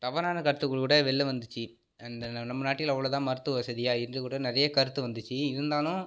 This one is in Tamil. தவறான கருத்துக்கள் கூட வெளில வந்துச்சு இந்த நம்ம நாட்டில் அவ்வளோ தான் மருத்துவ வசதியாருந்துச்சு நிறைய கருத்து வந்துச்சு இருந்தாலும்